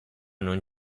non